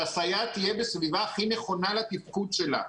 אנחנו רוצים שהסייעת תהיה בסביבה הכי נכונה לתפקוד שלה.